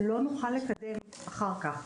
לא נוכל לקדם אחר כך,